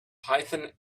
python